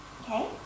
okay